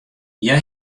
hja